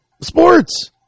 sports